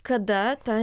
kada ta